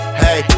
hey